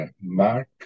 mark